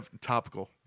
topical